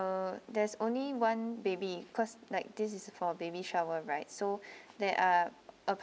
uh there's only one baby cause like this is for baby shower right so there are